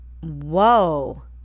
Whoa